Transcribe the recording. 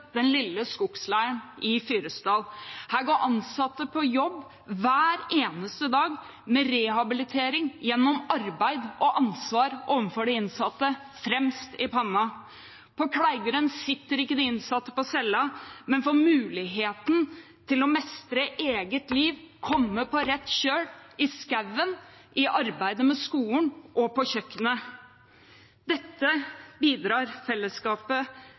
den lille skogsleiren i Fyresdal. Her går ansatte på jobb hver eneste gang med rehabilitering gjennom arbeid og ansvar overfor de innsatte fremst i panna. På Kleivgrend sitter ikke de innsatte på cella, men får muligheten til å mestre eget liv og komme på rett kjøl – i skogen, i arbeidet med skolen og på kjøkkenet. De bidrar til fellesskapet